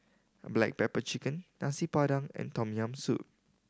black pepper chicken Nasi Padang and Tom Yam Soup